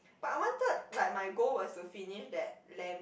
but I wanted like my goal was to finish that LAM~